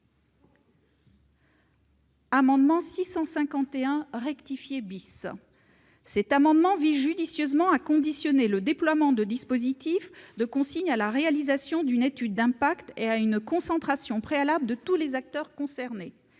L'amendement n° 651 rectifié vise judicieusement à soumettre le déploiement de dispositifs de consigne à la réalisation d'une étude d'impact et à une concentration préalable de tous les acteurs concernés.